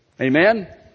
Amen